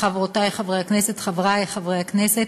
חברותי חברות הכנסת, חברי חברי הכנסת,